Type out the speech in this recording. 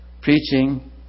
preaching